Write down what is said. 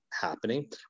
happening